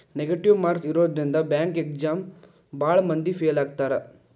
negative marks ಇರೋದ್ರಿಂದ bank exam ಭಾಳ್ ಮಂದಿ ಫೇಲ್ ಆಗ್ತಾರಾ